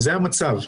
זה המצב,